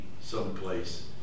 someplace